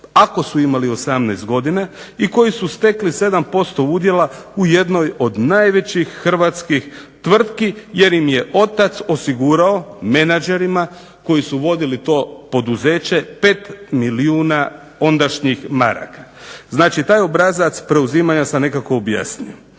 ako su imali 18 godina i koji su stekli 7% udjela u jednoj od najvećih hrvatskih tvrtki jer im je otac osigurao menadžerima koji su vodili to poduzeće pet milijuna ondašnjih maraka. Znači, taj obrazac preuzimanja sam nekako objasnio.